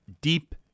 deep